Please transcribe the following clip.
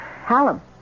Hallam